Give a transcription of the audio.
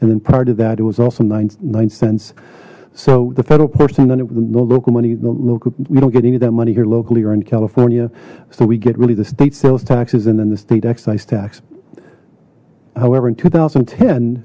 and then prior to that it was also nine nine cents so the federal portion done it with no local money we don't get any of that money here locally or in california so we get really the state sales taxes and then the state excise tax however in two thousand and ten